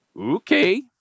Okay